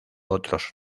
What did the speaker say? otros